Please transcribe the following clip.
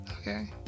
okay